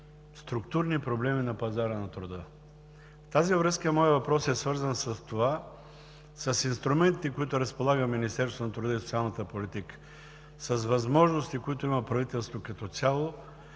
структурни проблеми на пазара на труда. В тази връзка моят въпрос е свързан с това: с инструментите, с които разполага Министерството на труда и социалната политика, с възможностите, които има правителството като цяло,